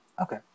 Okay